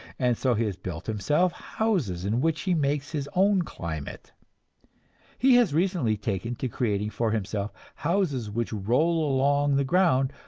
and so he has built himself houses in which he makes his own climate he has recently taken to creating for himself houses which roll along the ground,